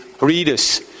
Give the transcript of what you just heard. readers